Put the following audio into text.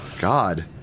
God